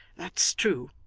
that's true